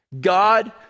God